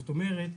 זאת אומרת,